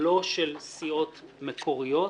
לא של סיעות מקוריות,